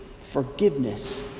forgiveness